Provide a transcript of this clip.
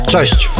Cześć